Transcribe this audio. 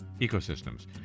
ecosystems